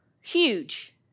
huge